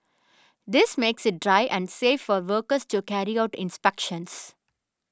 this makes it dry and safe for workers to carry out inspections